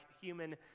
human